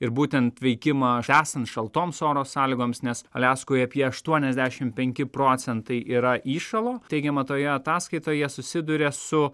ir būtent veikimą esant šaltoms oro sąlygoms nes aliaskoje apie aštuoniasdešimt penki procentai yra įšalo teigiama toje ataskaitoje jie susiduria su